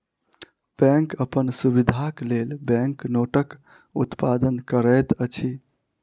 bank अपन सुविधाक लेल बैंक नोटक उत्पादन करैत अछि